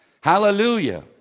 Hallelujah